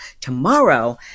tomorrow